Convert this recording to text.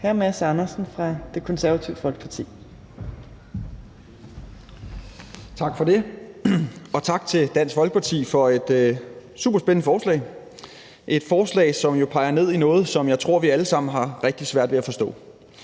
Mads Andersen (KF): Tak for det, og tak til Dansk Folkeparti for et super spændende forslag, et forslag, som jo peger ned i noget, som jeg tror vi alle sammen har rigtig svært ved at forstå,